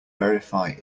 verify